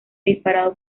disparado